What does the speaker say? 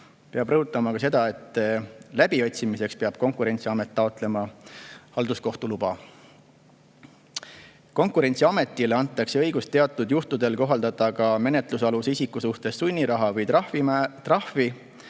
Peab rõhutama ka seda, et läbiotsimiseks peab Konkurentsiamet taotlema halduskohtu luba. Konkurentsiametile antakse õigus teatud juhtudel kohaldada menetlusaluse isiku suhtes sunniraha või trahvi